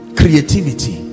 creativity